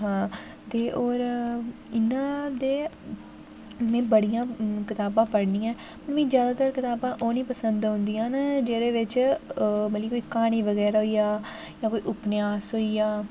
हा ते होर इ'यां ते में बड़ियां कताबां पढ़नियां न में जादैतर कताबां ओह् पसंद औंदियां न जेह्दे बिच मतलब कि कोई क्हानी बगैरा जां कोई उपन्यास होइया